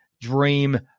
dream